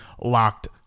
Locked